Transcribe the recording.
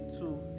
two